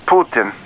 Putin